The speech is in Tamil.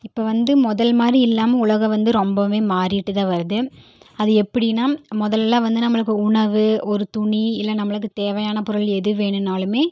இப்போ வந்து முதல் மாதிரி இல்லாமல் உலகம் வந்து ரொம்பவுமே மாறிட்டு தான் வருது அது எப்படினா முதல்லலாம் வந்து நம்மளுக்கு உணவு ஒரு துணி இல்லை நம்மளுக்கு தேவையான பொருள் எது வேணும்னாலுமே